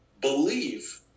believe